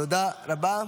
תודה רבה.